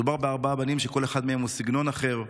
מדובר בארבעה בנים שלכל אחד מהם סגנון אחר,